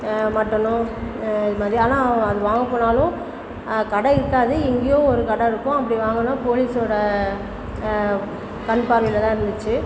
மட்டனோ ஆனால் அது வாங்க போனாலும் கடை இருக்காது எங்கேயோ ஒரு கடை இருக்கும் அப்படி வாங்கினா போலீஸோட கண்பார்வலையில் தான் இருந்துச்சு